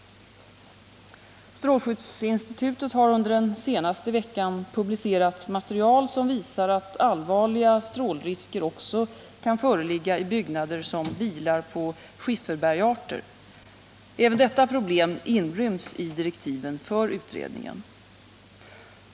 Strålskyddsinstitutet har under den senaste veckan publicerat material som visar att allvarliga strålrisker också kan föreligga i byggnader som vilar på skifferbergarter. Även detta problem inryms i direktiven för utredningen.